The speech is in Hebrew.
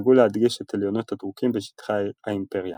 ונהגו להדגיש את עליונות הטורקים בשטחי האימפריה